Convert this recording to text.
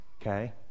okay